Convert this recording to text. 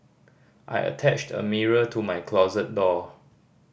I attached a mirror to my closet door